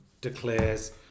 declares